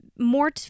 More